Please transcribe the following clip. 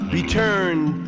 returned